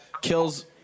kills